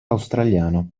australiano